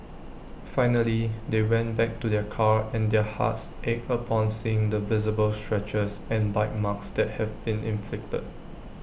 finally they went back to their car and their hearts ached upon seeing the visible scratches and bite marks that had been inflicted